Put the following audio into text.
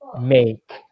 make